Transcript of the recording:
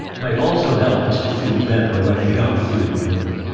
may also help us to feel better when we are feeling blue